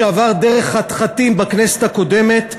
שעבר דרך חתחתים בכנסת הקודמת,